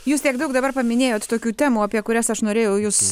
jūs tiek daug dabar paminėjot tokių temų apie kurias aš norėjau jus